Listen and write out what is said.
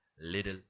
little